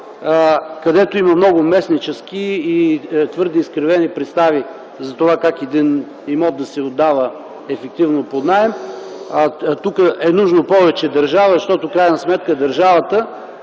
където има много местнически и твърде изкривени представи за това как един имот да се отдава и ефективно под наем. Тук е нужно повече държава, защото в крайна сметка държавата